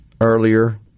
earlier